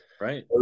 Right